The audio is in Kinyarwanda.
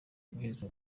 guheza